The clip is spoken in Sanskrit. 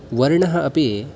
वर्णः अपि